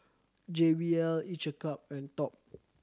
J B L Each a Cup and Top